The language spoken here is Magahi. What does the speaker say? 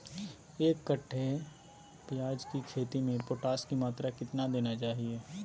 एक कट्टे प्याज की खेती में पोटास की मात्रा कितना देना चाहिए?